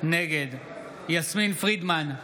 נגד יסמין פרידמן,